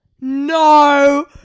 No